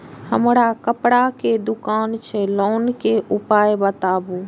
हमर कपड़ा के दुकान छै लोन के उपाय बताबू?